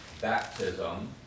baptism